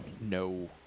No